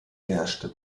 beherrschte